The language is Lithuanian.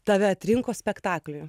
tave atrinko spektakliui